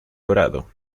dorado